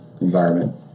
environment